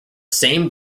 same